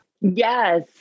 Yes